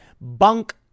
Bunk